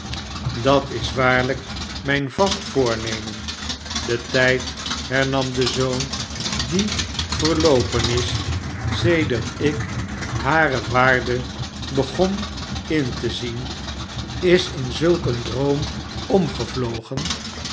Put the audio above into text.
dat is waarlijk mijn vast voornemen de tijd hernam de zoon die verloopen is sedert ik hare waarde begon in te zien is in zulk een droom omgevlogen